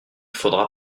faudra